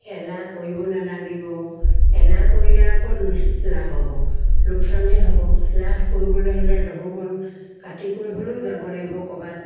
এলাহ কৰিব নালাগিব এলাহ কৰিলে আৰু ক'ত লাভ হ'ব লোকচানেই হ'ব লাভ কৰিবলে হ'লে দহো বন কাটি কৰি হ'লেও যাব লাগিব ক'ৰবাত